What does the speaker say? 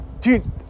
dude